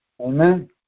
Amen